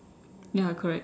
ya correct